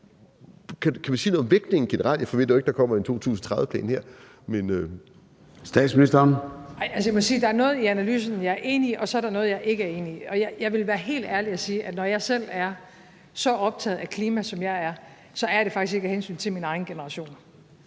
Kl. 13:51 Statsministeren (Mette Frederiksen): Jeg må sige, at der er noget i analysen, jeg er enig i, og så er der noget, jeg ikke er enig i. Og jeg vil være helt ærlig og sige, at når jeg selv er så optaget af klima, som jeg er, så er det faktisk ikke af hensyn til min egen generation.